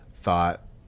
thought